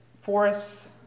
forests